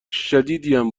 شدیدیم